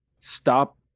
stop